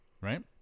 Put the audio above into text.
Right